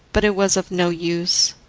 but it was of no use.